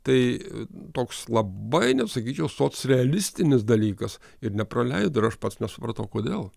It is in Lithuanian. tai toks labai sakyčiau socrealistinis dalykas ir nepraleido ir aš pats nesupratau kodėl